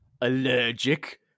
allergic